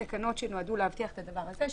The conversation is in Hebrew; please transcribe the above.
תקנות שנועדו להבטיח את הדבר הזה,